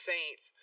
Saints